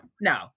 No